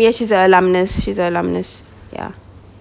yes she's a alumnus she's alumnus yeah